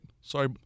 Sorry